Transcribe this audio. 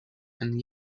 and